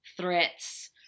threats